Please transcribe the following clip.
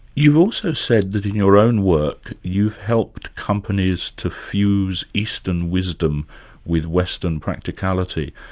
you've also said that in your own work, you've helped companies to fuse eastern wisdom with western practicality,